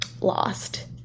lost